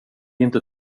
inte